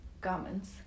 garments